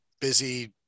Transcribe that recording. busy